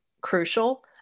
crucial